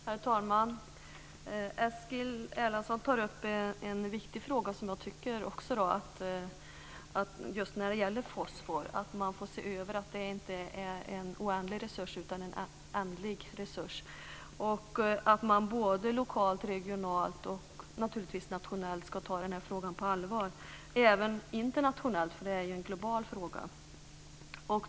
Herr talman! Eskil Erlandsson tar upp en viktig fråga. Jag tycker också att man just när det gäller fosfor får tänka på att det inte är en oändlig resurs utan en ändlig resurs. Man ska ta den här frågan på allvar lokalt, regionalt och naturligtvis nationellt. Det gäller även internationellt, eftersom det är en global fråga.